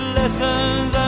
lessons